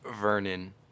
Vernon